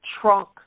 trunk